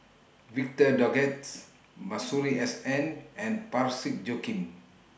Victor Doggett's Masuri S N and Parsick Joaquim